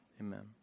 amen